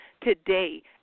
today